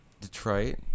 Detroit